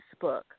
facebook